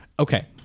Okay